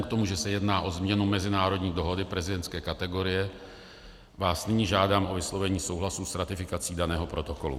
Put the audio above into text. Vzhledem k tomu, že se jedná o změnu mezinárodní dohody prezidentské kategorie, vás nyní žádám o vyslovení souhlasu s ratifikací daného protokolu.